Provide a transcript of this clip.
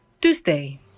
Tuesday